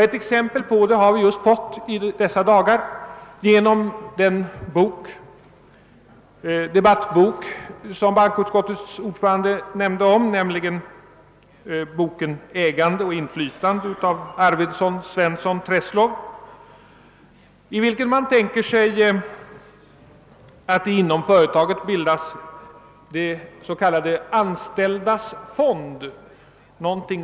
Ett exempel härvidlag har vi fått i dessa dagar genom den bok som bankoutskottets ordförande nämnde — »Ägande och inflytande» av Arfwedson— Svensson—Treslow. Författarna tänker sig att det inom företagen skall bildas en »de anställdas fond», i vilken de anställda får andelsbevis.